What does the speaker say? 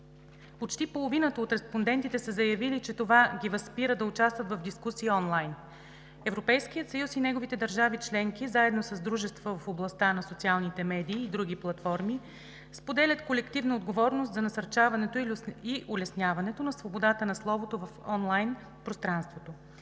Почти половината от респондентите са заявили, че това ги възпира да участват в дискусии онлайн. Европейският съюз и неговите държави – членки, заедно с дружества в областта на социалните медии и други платформи, споделят колективна отговорност за насърчаването и улесняването на свободата на словото в онлайн пространството.